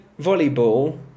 volleyball